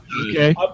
Okay